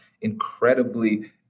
incredibly